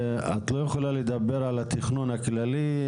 את לא יכולה לדבר על התכנון הכללי,